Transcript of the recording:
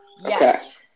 Yes